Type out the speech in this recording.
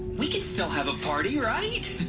we can still have a party, right?